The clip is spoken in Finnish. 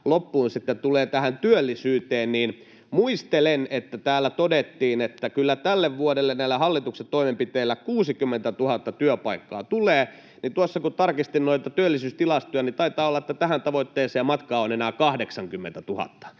loppuun sitten tulee tähän työllisyyteen, niin muistelen, että kun täällä todettiin, että kyllä tälle vuodelle näillä hallituksen toimenpiteillä 60 000 työpaikkaa tulee, niin tuossa kun tarkistin noita työllisyystilastoja, niin taitaa olla, että tähän tavoitteeseen matkaa on enää 80 000,